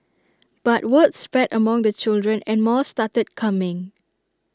but word spread among the children and more started coming